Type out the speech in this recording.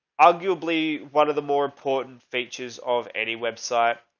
arguably one of the more important features of any website.